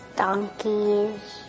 donkeys